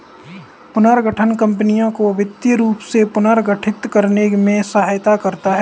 पुनर्गठन कंपनियों को वित्तीय रूप से पुनर्गठित करने में सहायता करता हैं